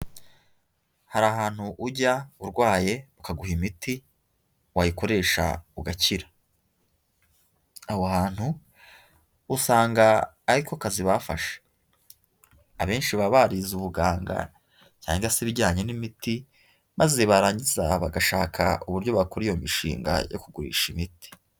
Hari ahantu ujya urwaye bakaguha imiti, wayikoresha ugakira. Aho hantu usanga ari ko kazi bafashe. Abenshi baba barize ubuganga cyangwa se ibijyanye n'imiti, maze barangiza bagashaka uburyo bakora iyo mishinga yo kugurisha imiti.